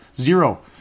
Zero